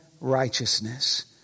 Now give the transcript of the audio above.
righteousness